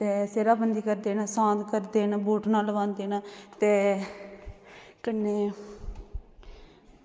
ते सेह्राबंदी करदे न सांत करदे न बुटना लगांदे न ते कन्नै